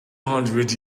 hundred